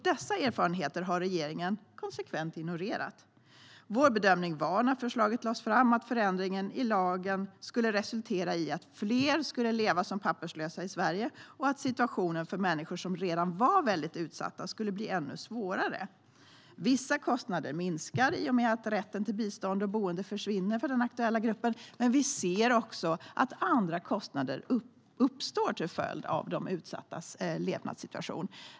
Dessa erfarenheter har regeringen konsekvent ignorerat. Vår bedömning när förslaget lades fram var att förändringen i lagen skulle resultera i att fler skulle leva som papperslösa i Sverige och att situationen för människor som redan var väldigt utsatta skulle bli ännu svårare. Vissa kostnader minskar i och med att rätten till bistånd och boende försvinner för den aktuella gruppen, men vi ser att andra kostnader uppstår till följd av de utsattas levnadssituation.